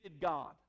God